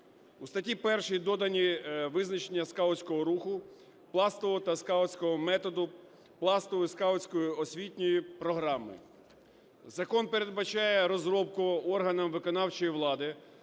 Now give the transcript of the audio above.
У статті 1 додані визначення скаутського руху, пластового, (скаутського) методу, пластової (скаутської) освітньої програми. Закон передбачає розробку органами виконавчої влади